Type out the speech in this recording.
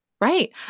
Right